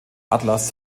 atlas